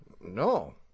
No